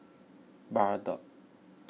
Bardot